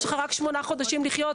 יש לך רק שמונה חודשים לחיות,